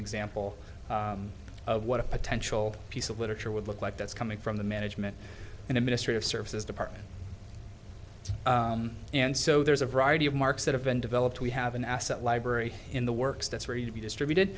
example of what a potential piece of literature would look like that's coming from the management and administrative services department and so there's a variety of marks that have been developed we have an asset library in the works that's where you distributed